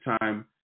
time